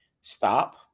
stop